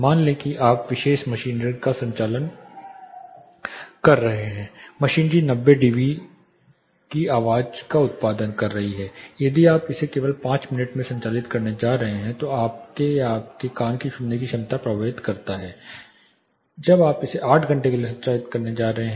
मान लें कि आप विशेष मशीनरी का संचालन कर रहे हैं मशीनरी 90 डीबी की आवाज़ का उत्पादन कर रही है यदि आप इसे केवल 5 मिनट में संचालित करने जा रहे हैं तो यह आपके या आपके कान की सुनने की क्षमता को प्रभावित करता है जब आप इसे 8 घंटे के लिए संचालित करने जा रहे हैं